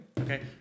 okay